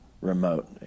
remote